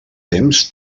temps